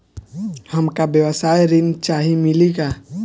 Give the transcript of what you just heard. हमका व्यवसाय ऋण चाही मिली का?